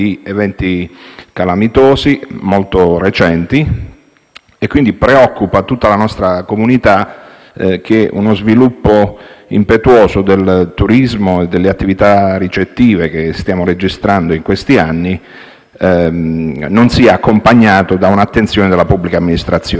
Quindi, preoccupa tutta la nostra comunità che lo sviluppo impetuoso del turismo e delle attività ricettive che stiamo registrando in questi anni non sia accompagnato da una attenzione della pubblica amministrazione. Registriamo con favore gli impegni del Governo